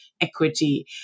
equity